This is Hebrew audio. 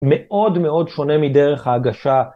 מאוד מאוד שונה מדרך ההגשה.